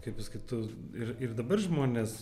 kaip pasakyt tu ir ir dabar žmonės